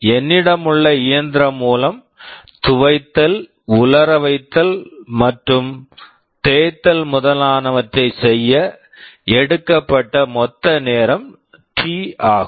என்னிடம் உள்ள இயந்திரம் மூலம் துவைத்தல் உலர வைத்தல் மற்றும் தேய்த்தல் முதலானவற்றை செய்ய எடுக்கப்பட்ட மொத்த நேரம் டி T ஆகும்